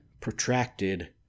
protracted